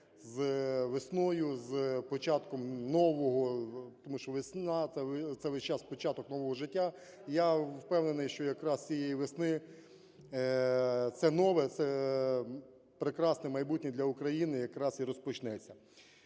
з весною, з початком нового, тому що весна – це весь час початок нового життя. Я впевнений, що якраз цієї весни це нове, це прекрасне майбутнє для України якраз і розпочнеться.